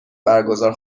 برگزار